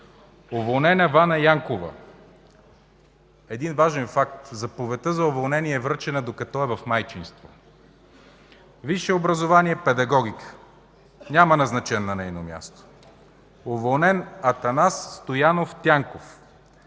уволнена Ваня Янкова, един важен факт – заповедта за уволнение е връчена, докато е в майчинство, висше образование – „Педагогика”, няма назначен на нейно място; - уволнен Атанас Стоянов Тянков,